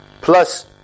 plus